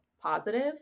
positive